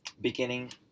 beginning